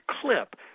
clip